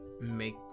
make